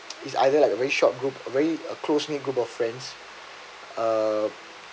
it's either like a very short group a very close knit group of friends err